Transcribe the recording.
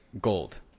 gold